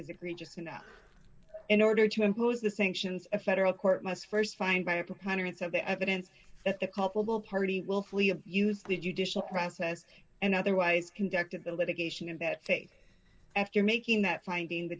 egregious enough in order to impose the sanctions a federal court must st find by a preponderance of the evidence that the culpable party willfully of used the judicial process and otherwise conducted the litigation about fake after making that finding the